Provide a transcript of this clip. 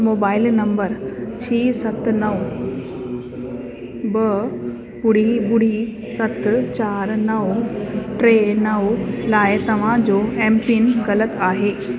mobile number छह सत नव ॿ ॿुड़ी ॿुडी सत चारि नव टे नव लाइ तव्हांजो एमपिन ग़लति आहे